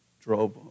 drove